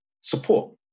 Support